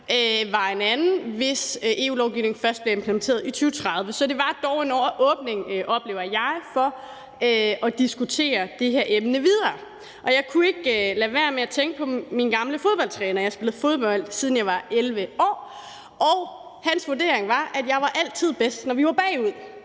en anden, hvis EU-lovgivningen først bliver implementeret i 2030. Så der var dog en åbning, oplever jeg, for at diskutere det her emne videre. Jeg kunne ikke lade være med at tænke på min gamle fodboldtræner – jeg har spillet fodbold, siden jeg var 11 år – og hans vurdering var, at jeg altid var bedst, når vi var bagud.